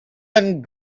and